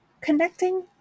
Connecting